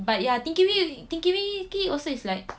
but ya tinky-winky tinky-winky also is like